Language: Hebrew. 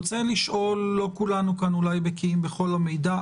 לא כולנו כאן אולי בקיאים בכל המידע,